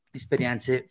esperienze